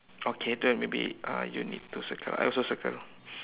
okay then maybe uh you need to circle I also circle lah